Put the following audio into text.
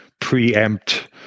preempt